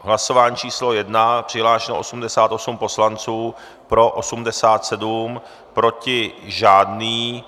Hlasování číslo 1, přihlášeno 88 poslanců, pro 87, proti žádný.